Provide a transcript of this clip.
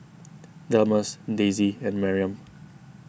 Delmus Daisye and Maryam